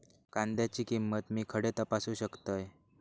कांद्याची किंमत मी खडे तपासू शकतय?